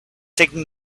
taking